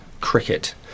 cricket